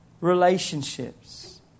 relationships